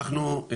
אנחנו,